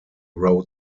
wrote